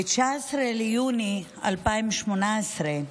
ב-19 ביוני 2018,